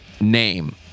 name